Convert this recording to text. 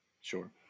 Sure